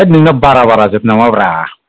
है नोंना बारा बारा जोब नामा ब्रा